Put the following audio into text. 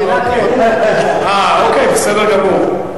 אוקיי, בסדר גמור.